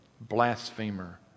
blasphemer